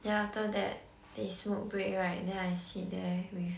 then after that there's smoke break right then I sit there with